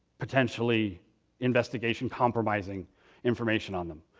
potentially investigation-compromising information on them.